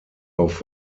auf